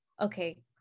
okay